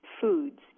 foods